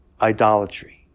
idolatry